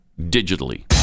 digitally